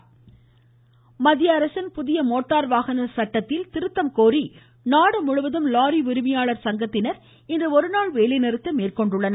lorry வேலைநிறுத்தம் மத்திய அரசின் புதிய மோட்டார் வாகன சட்டத்தில் திருத்தம் கோரி நாடுமுழுவதும் லாரி உரிமையாளர் சங்கத்தினர் இன்று ஒருநாள் வேலைநிறுத்தம் மேற்கொண்டுள்ளனர்